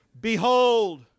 Behold